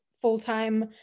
full-time